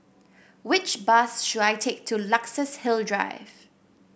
which bus should I take to Luxus Hill Drive